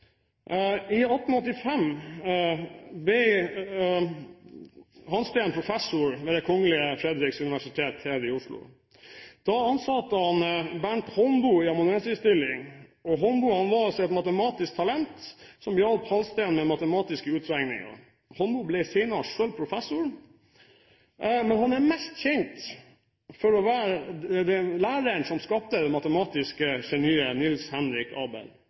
I 1815, året før Hansteen ble professor ved det Kongelige Frederiks Universitet i Christiania, ansatte han Bernt Holmboe i amanuensisstilling. Holmboe var et matematisk talent som hjalp Hansteen med matematiske utregninger. Holmboe ble senere selv professor, men han er mest kjent for å være den læreren som skapte det matematiske geniet Niels Henrik